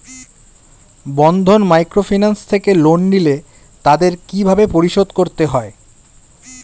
বন্ধন microfinance থেকে loan নিলে তাদের কিভাবে পরিশোধ করতে হয়?